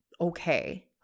okay